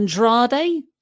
Andrade